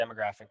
demographic